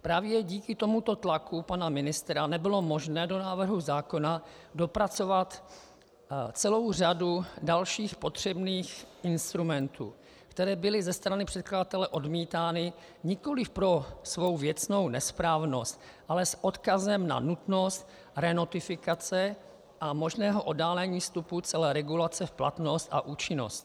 Právě díky tomuto tlaku pana ministra nebylo možné do návrhu zákona dopracovat celou řadu dalších potřebných instrumentů, které byly ze strany předkladatele odmítány nikoliv pro svou věcnou nesprávnost, ale s odkazem na nutnost renotifikace a možného oddálení vstupu celé regulace v platnost a účinnost.